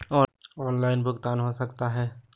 Online भुगतान हो सकता है?